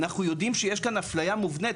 אנחנו יודעים שיש כאן אפליה מובנית,